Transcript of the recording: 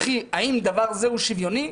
וכי האם דבר זה הוא שוויוני?